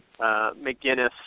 McGinnis